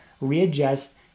readjust